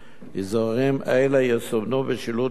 אזורים אלה יסומנו בשילוט ברור.